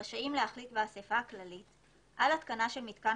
רשאים להחליט באסיפה הכללית על התקנה של מיתקן